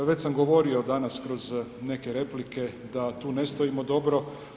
Već sam govorio danas kroz neke replike da tu ne stojimo dobro.